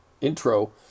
intro